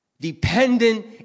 dependent